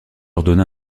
ordonna